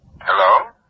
Hello